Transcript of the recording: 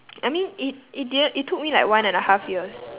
I mean it it didn~ it took me like one and a half years